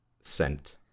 scent